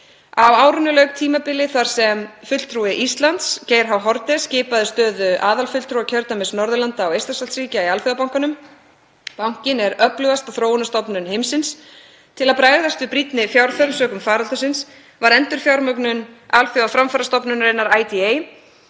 Á árinu lauk tímabili þar sem fulltrúi Íslands, Geir H. Haarde, skipaði stöðu aðalfulltrúa kjördæmis Norðurlanda og Eystrasaltsríkja í Alþjóðabankanum. Bankinn er öflugasta þróunarstofnun heimsins. Til að bregðast við brýnni fjárþörf sökum faraldursins var endurfjármögnun Alþjóðaframfarastofnunarinnar, IDA,